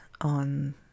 on